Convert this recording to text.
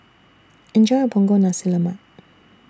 Enjoy your Punggol Nasi Lemak